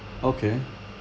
okay